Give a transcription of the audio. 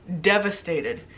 devastated